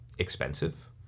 Expensive